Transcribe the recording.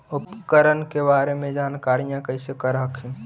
उपकरण के बारे जानकारीया कैसे कर हखिन?